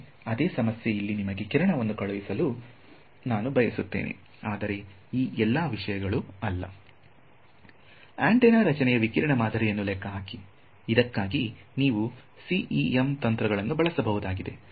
ಮತ್ತೆ ಅದೇ ಸಮಸ್ಯೆ ಇಲ್ಲಿ ನಿಮಗೆ ಕಿರಣವನ್ನು ಕಳುಹಿಸಲು ನಾನು ಬಯಸುತ್ತೇನೆ ಆದರೆ ಆ ಎಲ್ಲ ವಿಷಯಗಳು ಅಲ್ಲ ಆಂಟೆನಾ ರಚನೆಯ ವಿಕಿರಣ ಮಾದರಿಯನ್ನು ಲೆಕ್ಕಹಾಕಿ ಇದಕ್ಕಾಗಿ ನೀವು ಸಿಇಎಂ ತಂತ್ರಗಳನ್ನು ಬಳಸಬಹುದಾಗಿದೆ